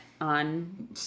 on